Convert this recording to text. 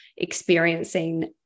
Experiencing